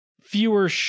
fewer